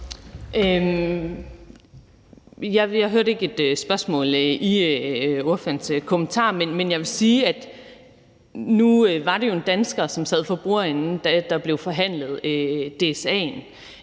Jeg hørte ikke et spørgsmål i ordførerens kommentar, men jeg vil sige, at nu var det jo en dansker, som sad for bordenden, da der blev forhandlet om DSA'en